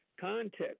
context